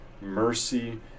mercy